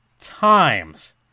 times